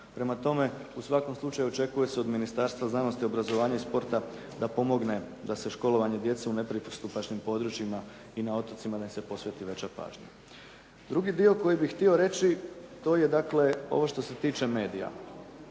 Prema tome, u svakom slučaju očekuje se od Ministarstva obrazovanja i sporta da pomogne da se školovanje djece u nepristupačnim područjima i na otocima da im se posveti veća pažnja. Drugi dio koji bih htio reći, to je dakle, ovo što se tiče medija.